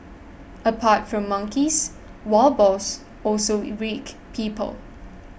apart from monkeys wild boars also people